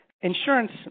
insurance